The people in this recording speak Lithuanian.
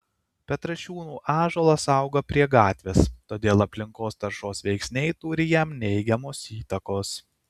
petrašiūnų ąžuolas auga prie gatvės todėl aplinkos taršos veiksniai turi jam neigiamos įtakos